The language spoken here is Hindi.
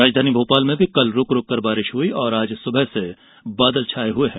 राजधानी भोपाल में कल रूक रूक कर बारिश हुई और आज सुबह से बादल छाये हुए है